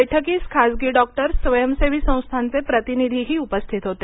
बैठकीस खाजगी डॉक्टर्स स्वयंसेवी संस्थांचे प्रतिनिधीही उपस्थित होते